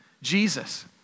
Jesus